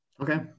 okay